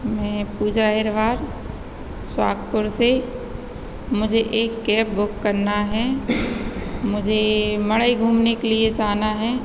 मैं पूजा अहिर्वल सउहागपुर से मुझे एक कैब बुक करना है मुझे मढ़ई घूमने के लिए जाना है